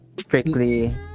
strictly